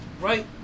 right